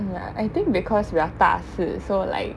ya I think because we are 大四 so like